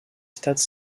stade